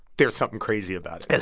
there's something crazy about it there's